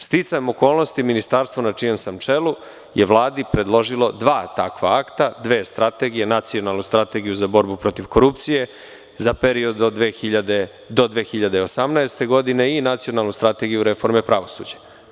Sticajem okolnosti, ministarstvo na čijem sam čelu je Vladi predložilo dva takva akta, dve strategije, Nacionalnu strategiju za borbu protiv korupcije za period do 2018. godine i Nacionalnu strategiju reforme pravosuđa.